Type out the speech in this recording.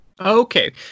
Okay